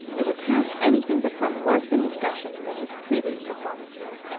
it would prove anything but some worse indiscretion than his previous performances.